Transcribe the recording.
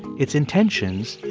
its intentions,